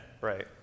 Right